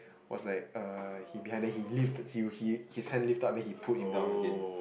was like uh he behind then he lift he he his hand lift up then he put in down again